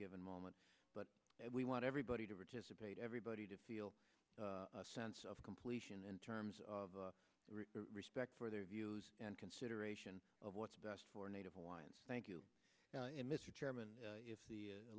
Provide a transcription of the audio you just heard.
given moment but we want everybody to participate everybody to feel a sense of completion in terms of respect for their views and consideration of what's best for native hawaiians thank you mr chairman if the